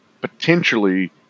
potentially